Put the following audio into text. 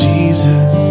Jesus